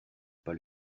pas